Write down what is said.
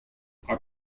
are